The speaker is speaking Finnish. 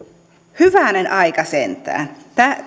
hyvänen aika sentään